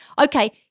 okay